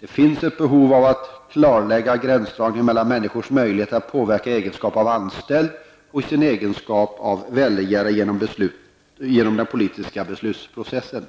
Det finns ett behov av att klarlägga gränsdragningen mellan människors möjligheter att påverka i sin egenskap av anställd och i sin egenskap av väljare genom den politiska beslutsprocessen.